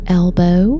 elbow